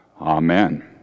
Amen